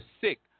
sick